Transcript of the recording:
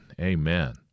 Amen